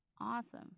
Awesome